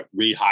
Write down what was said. rehydrate